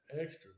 extra